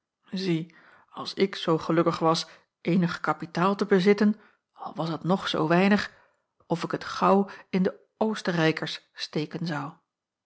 zie als ik zoo gelukkig was eenig kapitaal te bezitten al was het nog zoo weinig of ik het gaauw in de oostenrijkers steken zou